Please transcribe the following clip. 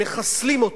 מחסלים אותו,